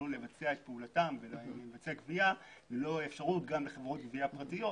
תוכלנה לבצע את פעולתן ולבצע גבייה בלי חברות גבייה פרטיות.